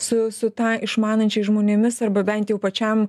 su su tą išmanančiais žmonėmis arba bent jau pačiam